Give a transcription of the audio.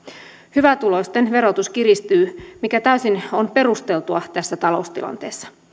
hyvätuloisten verotus kiristyy mikä on täysin perusteltua tässä taloustilanteessa